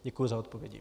Děkuji za odpovědi.